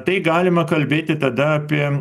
tai galima kalbėti tada apie